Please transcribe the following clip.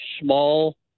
small